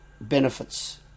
benefits